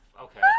Okay